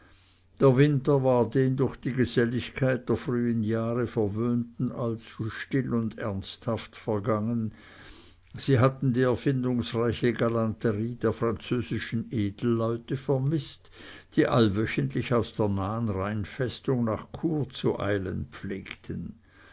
der winter war den durch die geselligkeit der frühern jahre verwöhnten allzu still und ernsthaft vergangen sie hatten die erfindungsreiche galanterie der französischen edelleute vermißt die allwöchentlich aus der nahen rheinfestung nach chur zu eilen pflegten